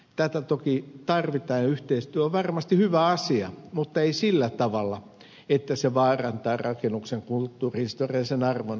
tätä toki tarvitaan ja yhteistyö on varmasti hyvä asia mutta ei sillä tavalla että se vaarantaa rakennuksen kulttuurihistoriallisen arvon säilymisen